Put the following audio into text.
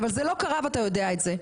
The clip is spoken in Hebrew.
אבל זה לא קרה ואתה יודע את זה.